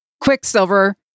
Quicksilver